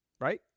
right